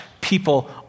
people